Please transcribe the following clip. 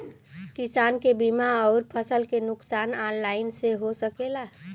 किसान के बीमा अउर फसल के नुकसान ऑनलाइन से हो सकेला?